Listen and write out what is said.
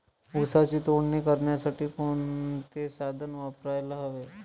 ऊसाची तोडणी करण्यासाठी कोणते साधन वापरायला हवे?